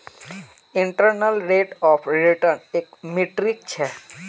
internal rate of return एक metric छ